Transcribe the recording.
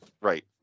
Right